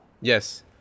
Yes